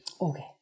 Okay